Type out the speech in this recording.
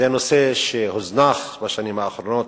זה נושא שהוזנח בשנים האחרונות,